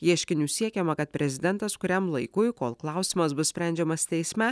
ieškiniu siekiama kad prezidentas kuriam laikui kol klausimas bus sprendžiamas teisme